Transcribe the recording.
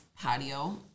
patio